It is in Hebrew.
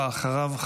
ואחריו,